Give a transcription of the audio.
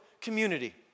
community